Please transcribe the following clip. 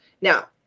Now